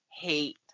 hate